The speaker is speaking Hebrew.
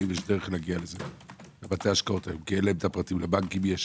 לבנקים יש.